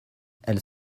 elles